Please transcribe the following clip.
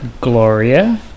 Gloria